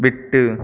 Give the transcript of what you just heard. விட்டு